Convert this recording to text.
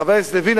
חבר הכנסת לוין,